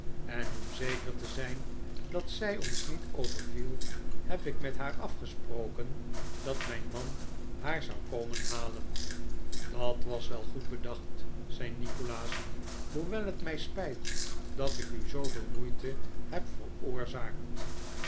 en om zeker te zijn dat zij ons niet overviel heb ik met haar afgesproken dat mijn man haar zou komen halen dat was goed bedacht zei nikolaas hoewel het mij spijt dat ik u zoo veel moeite heb veroorzaakt